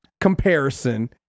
comparison